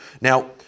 Now